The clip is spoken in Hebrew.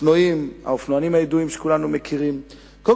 האופנוענים הידועים שכולנו מדברים עליהם.